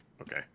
Okay